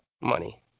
Money